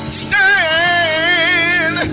stand